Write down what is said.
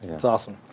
that's awesome.